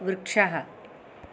वृक्षः